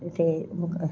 थिए मूंखे